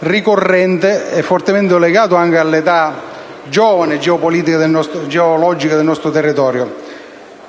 ricorrente e fortemente legato anche alla giovane età geologica del nostro territorio.